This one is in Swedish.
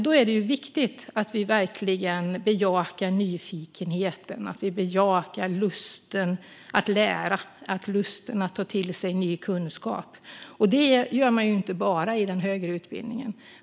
Då är det viktigt att vi verkligen bejakar nyfikenheten, lusten att lära och ta till sig ny kunskap, och det gör man ju inte bara i den högre utbildningen.